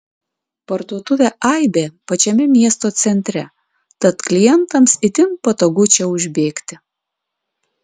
parduotuvė aibė pačiame miesto centre tad klientams itin patogu čia užbėgti